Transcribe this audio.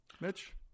Mitch